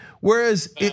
Whereas